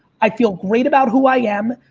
i feel great about who i am.